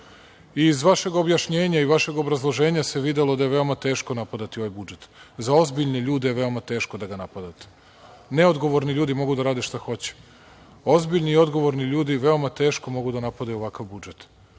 Iz vašeg objašnjenja i vašeg obrazloženja se videlo da je veoma teško napadati ovaj budžet. Za ozbiljne ljude je veoma teško da ga napadate. Neodgovorni ljudi mogu da rade šta hoće, ozbiljni i odgovorni ljudi veoma teško mogu da napadaju ovakav budžet.